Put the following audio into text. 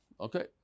Okay